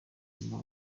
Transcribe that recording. bintu